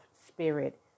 spirit